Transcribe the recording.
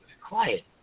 Quiet